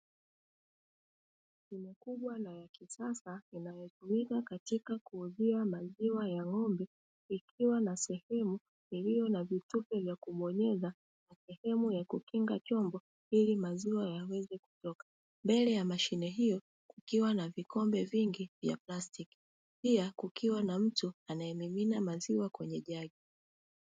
Mashine ya kisasa inayotumika katika kuuzia maziwa ya ng'ombe, ikiwa na sehemu iliyo na vitufe vya kubonyeza na sehemu ya kukinga chombo ili maziwa yaweze kutoka. Mbele ya mashine hiyo kukiwa na vikombe vingi vya plastiki, pia kukiwa na mtu anayemimina maziwa kwenye jagi.